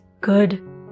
good